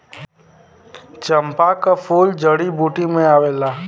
चंपा क फूल जड़ी बूटी में आवला